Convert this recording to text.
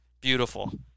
Beautiful